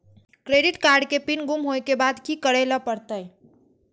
Credit card के PIN गुम होय के बाद की करै ल परतै?